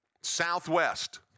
Southwest